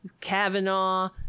Kavanaugh